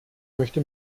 möchte